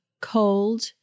cold